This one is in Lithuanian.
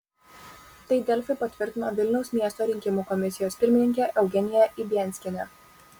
tai delfi patvirtino vilniaus miesto rinkimų komisijos pirmininkė eugenija ibianskienė